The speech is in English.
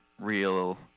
real